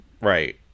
Right